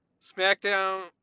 SmackDown